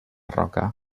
roca